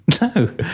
no